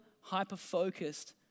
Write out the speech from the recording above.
hyper-focused